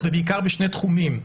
ובעיקר בשני תחומים: